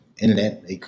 internet